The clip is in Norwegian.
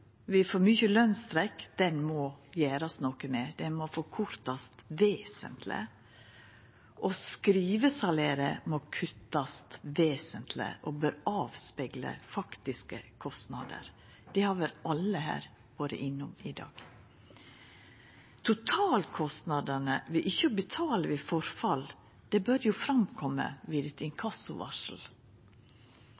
må gjerast noko med, ho må kortast ned vesentleg. Skrivesalæret må kuttast vesentleg og bør avspegla faktiske kostnader. Dette har vel alle her vore innom i dag. Totalkostnadene ved ikkje å betala til forfall bør koma fram ved eit